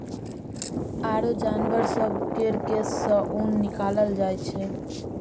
आरो जानबर सब केर केश सँ ऊन निकालल जाइ छै